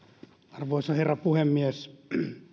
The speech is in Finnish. arvoisa herra puhemies